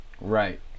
right